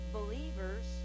believers